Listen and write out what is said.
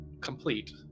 complete